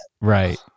Right